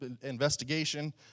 investigation